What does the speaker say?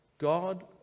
God